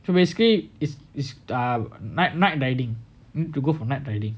so basically is is a night riding need to go for night riding